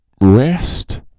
rest